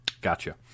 Gotcha